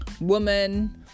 woman